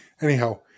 Anyhow